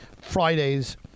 Fridays